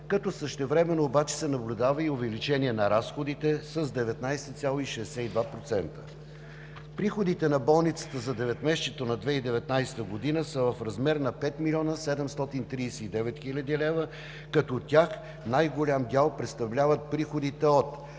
като същевременно обаче се наблюдава и увеличение на разходите с 19,62%. Приходите на болницата за 9-месечието на 2019 г. са в размер на 5 млн. 739 хил. лв., като от тях най-голям дял представляват приходите от